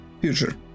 future